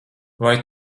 vai